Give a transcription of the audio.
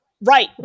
right